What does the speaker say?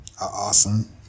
awesome